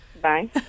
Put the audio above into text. Bye